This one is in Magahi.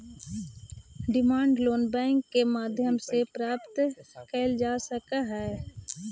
डिमांड लोन बैंक के माध्यम से प्राप्त कैल जा सकऽ हइ